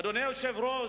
אדוני היושב-ראש,